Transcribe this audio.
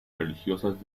religiosas